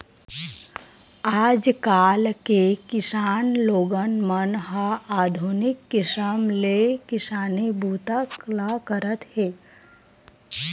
आजकाल के किसान लोगन मन ह आधुनिक किसम ले किसानी बूता ल करत हे